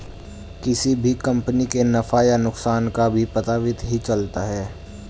किसी भी कम्पनी के नफ़ा या नुकसान का भी पता वित्त ही चलता है